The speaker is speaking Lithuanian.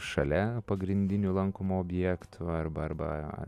šalia pagrindinių lankomų objektų arba arba